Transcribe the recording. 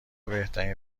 بهترین